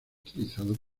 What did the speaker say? utilizado